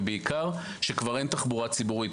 ובעיקר כשכבר אין תחבורה ציבורית.